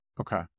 Okay